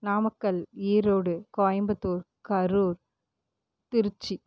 Namakkal Erode Coimbatore Karur Trichy